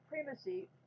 supremacy